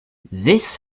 this